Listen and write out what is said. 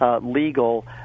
legal